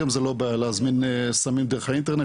היום זה לא בעיה להזמין סמים דרך האינטרנט,